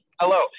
Hello